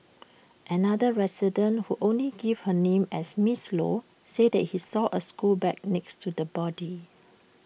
another resident who only gave her name as miss low said she saw A school bag next to the body